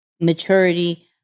maturity